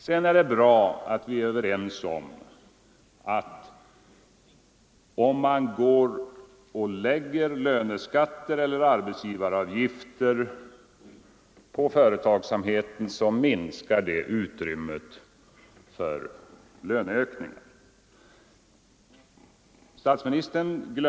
Sedan är det bra om vi är överens om att man lägger löneskatter eller arbetsgivaravgifter på företagsamheten, så minskar det utrymmet för löneökningar.